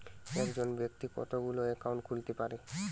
একজন ব্যাক্তি কতগুলো অ্যাকাউন্ট খুলতে পারে?